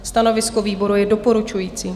Stanovisko výboru je doporučující.